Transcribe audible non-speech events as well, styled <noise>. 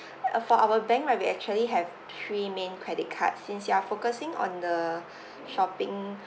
uh for our bank right we actually have three main credit card since you are focusing on the <breath> shopping